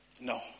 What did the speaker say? No